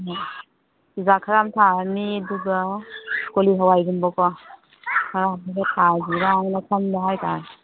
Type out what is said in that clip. ꯆꯨꯖꯥꯛ ꯈꯔ ꯑꯃ ꯊꯥꯔꯅꯤ ꯑꯗꯨꯒ ꯀꯣꯂꯤ ꯍꯥꯋꯥꯏꯒꯨꯝꯕꯀꯣ ꯈꯔ ꯑꯃꯗ ꯊꯥꯁꯤꯔꯥ ꯍꯥꯏꯅ ꯈꯟꯕ ꯍꯥꯏꯇꯔꯦ